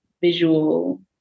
visual